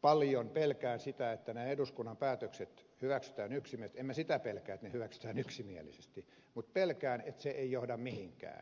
paljon pelkään sitä että jos nämä eduskunnan päätökset hyväksytään yksi me teemme sitä pelkän hyväksytään yksimielisesti niin se ei johda mihinkään